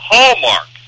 Hallmark